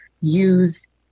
use